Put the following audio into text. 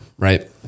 right